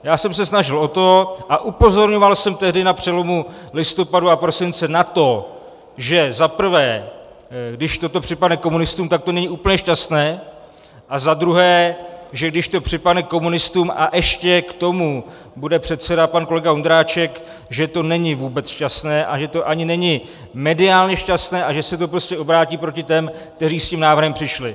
Já jsem se snažil o to, a upozorňoval jsem tehdy na přelomu listopadu a prosince na to, že za prvé, když toto připadne komunistům, tak to není úplně šťastné, a za druhé, že když to připadne komunistům a ještě k tomu bude předsedat pan kolega Ondráček, že to není vůbec šťastné a že to ani není mediálně šťastné a že se to prostě obrátí proti těm, kteří s tím návrhem přišli.